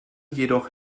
jedoch